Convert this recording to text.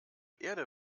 erde